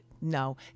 No